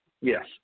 Yes